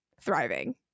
thriving